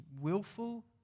willful